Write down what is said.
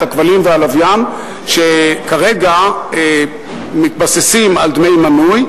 את הכבלים והלוויין שכרגע מתבססים על דמי מנוי.